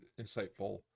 insightful